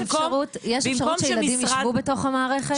יש אפשרות שילדים יישבו בתוך המערכת?